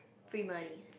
free money